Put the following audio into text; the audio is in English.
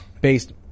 based